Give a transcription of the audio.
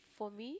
for me